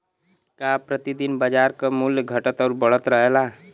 का प्रति दिन बाजार क मूल्य घटत और बढ़त रहेला?